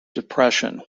depression